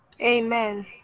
Amen